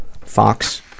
Fox